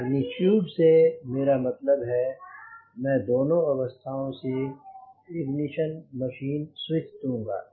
magnitude से मेरा मतलब है मैं दोनों अवस्थाओं से इग्निशन मशीन स्विच दूंगा